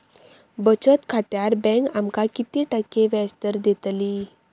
बचत खात्यार बँक आमका किती टक्के व्याजदर देतली?